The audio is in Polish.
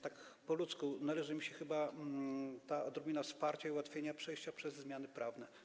Tak po ludzku należy im się chyba odrobina wsparcia, ułatwienie im przejścia przez zmiany prawne.